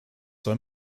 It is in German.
soll